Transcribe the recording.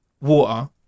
Water